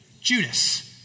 Judas